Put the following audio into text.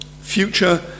future